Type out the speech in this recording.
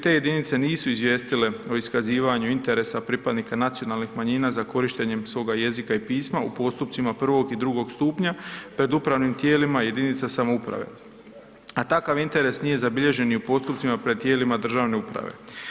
Te jedinice nisu izvijestile o iskazivanju interesa pripadnika nacionalnih manjina za korištenjem svoga jezika i pisma u postupcima I. i II. stupnja pred upravnim tijelima jedinica samouprave a takav interes nije zabilježen ni u postupcima pred tijelima državne uprave.